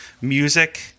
music